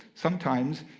sometimes,